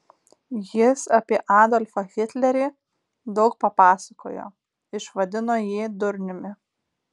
jis apie adolfą hitlerį daug papasakojo išvadino jį durniumi